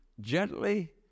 gently